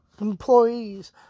employees